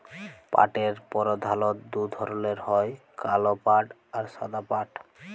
পাটের পরধালত দু ধরলের হ্যয় কাল পাট আর সাদা পাট